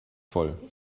voll